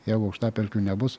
jeigu aukštapelkių nebus